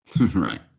Right